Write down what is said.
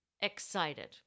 excited